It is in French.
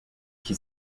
qui